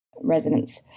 residents